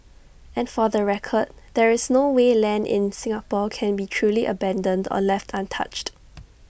and for the record there is no way land in Singapore can be truly abandoned or left untouched